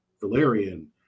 Valerian